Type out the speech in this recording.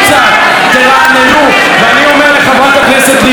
ואני אומר לחברת הכנסת לבני ולכם כאופוזיציה,